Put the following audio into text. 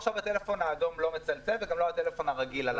עכשיו הטלפון האדום לא מצלצל וגם לא הרגיל, הלבן.